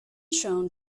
shown